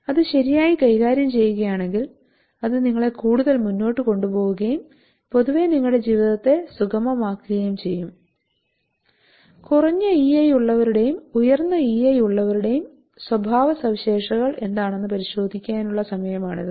അത് ശരിയായി കൈകാര്യം ചെയ്യുകയാണെങ്കിൽ അത് നിങ്ങളെ കൂടുതൽ മുന്നോട്ട് കൊണ്ടുപോകുകയും പൊതുവെ നിങ്ങളുടെ ജീവിതത്തെ സുഗമമാക്കുകയും ചെയ്യും കുറഞ്ഞ EI ഉള്ളവരുടെയും ഉയർന്ന EI ഉള്ളവരുടെയും സ്വഭാവ സവിശേഷതകൾ എന്താണെന്ന് പരിശോധിക്കാനുള്ള സമയമാണിത്